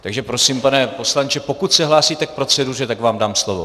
Takže prosím, pane poslanče, pokud se hlásíte k proceduře, tak vám dám slovo.